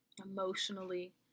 emotionally